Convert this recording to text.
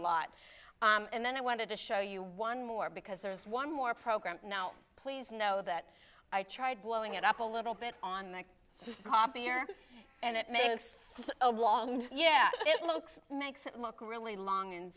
lot and then i wanted to show you one more because there's one more program now please know that i tried blowing it up a little bit on the copier and it made a long and yeah it looks makes it look really long and